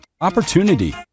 Opportunity